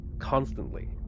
Constantly